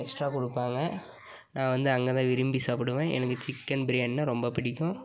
extra கொடுப்பாங்க நான் வந்து அங்கே தான் விரும்பி சாப்பிடுவேன் எனக்கு சிக்கன் பிரியாணினால் ரொம்ப பிடிக்கும்